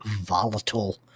volatile